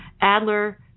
Adler